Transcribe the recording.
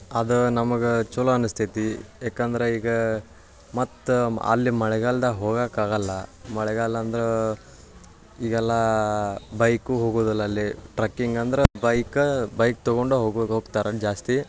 ಅದು ನಮ್ಗೆ ಚಲೋ ಅನಿಸ್ತೈತಿ ಯಾಕಂದರೆ ಈಗ ಮತ್ತು ಅಲ್ಲಿ ಮಳೆಗಾಲ್ದಾಗ ಹೋಗಕ್ಕ ಆಗಲ್ಲ ಮಳೆಗಾಲ ಅಂದ್ರೆ ಈಗೆಲ್ಲ ಬೈಕೂ ಹೋಗುದಿಲ್ ಅಲ್ಲಿ ಟ್ರಕ್ಕಿಂಗ್ ಅಂದ್ರೆ ಬೈಕ್ ಬೈಕ್ ತೊಗೊಂಡು ಹೋಗ್ ಹೋಗ್ತಾರ ಜಾಸ್ತಿ